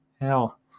hell